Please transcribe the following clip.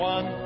One